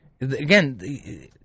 Again